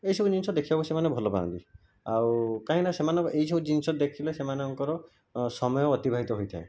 ଏଇସବୁ ଜିନିଷ ଦେଖିବାକୁ ସେମାନେ ଭଲପାଆନ୍ତି କାହିଁକିନା ସେମାନଙ୍କର ଏହିସବୁ ଜିନିଷ ଦେଖିଲେ ସେମାନଙ୍କର ସମୟ ଅତିବାହିତ ହୋଇଥାଏ